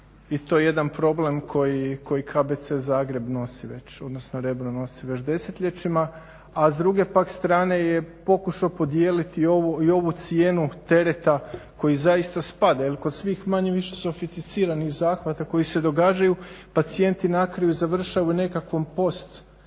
i to je jedan problem koji KBC Zagreb nosi već, odnosno Rebro nosi već desetljećima. A s druge pak strane je pokušao podijeliti i ovu cijenu tereta koji zaista spada jer kod svih manje-više sofisticiranih zahvata koji se događaju pacijenti na kraju završavaju nekakvom post